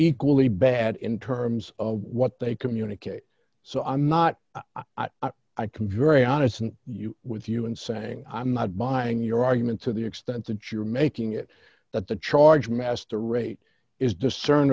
equally bad in terms of what they communicate so i'm not i can be very honest with you in saying i'm not buying your argument to the extent that you're making it that the charge master rate is discern